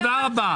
תודה רבה.